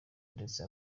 ndetse